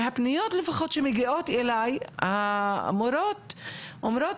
מהפניות לפחות שמגיעות אלי, המורות אומרות